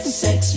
sex